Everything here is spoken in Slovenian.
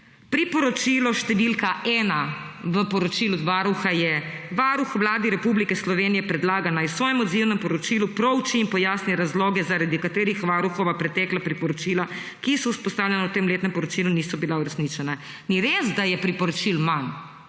Priporočilo številka ena v poročilu Varuha je: »Varuh Vladi Republike Slovenije predlaga, naj v svojem odzivnem poročilu prouči in pojasni razloge, zaradi katerih Varuhova pretekla priporočila, ki so izpostavljena v tem letnem poročilu, niso bila uresničena.« Ni res, da je priporočil manj!